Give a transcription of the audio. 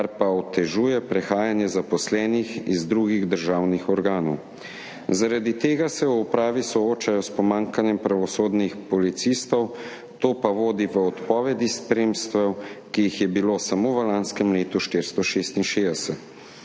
kar pa otežuje prehajanje zaposlenih iz drugih državnih organov. Zaradi tega se v upravi soočajo s pomanjkanjem pravosodnih policistov, to pa vodi v odpovedi spremstev, ki jih je bilo samo v lanskem letu 466.